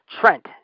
Trent